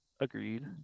Agreed